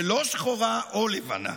ולא שחורה או לבנה.